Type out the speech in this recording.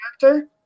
character